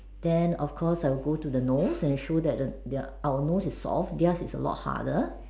then of course I will go to the nose and show that the their our nose is soft theirs are a lot harder